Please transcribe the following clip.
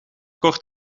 kort